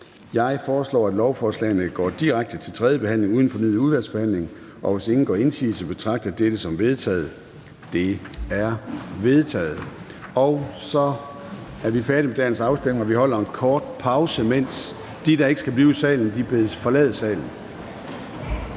Jeg foreslår, at lovforslagene går direkte til tredje behandling uden fornyet udvalgsbehandling. Hvis ingen gør indsigelse, betragter jeg dette som vedtaget. Det er vedtaget. Så er vi færdige med dagens afstemning, og vi holder en kort pause, mens de, der ikke skal blive i salen, bedes forlade salen.